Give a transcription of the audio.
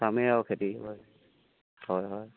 কামেই আৰু খেতি হয় হয় হয়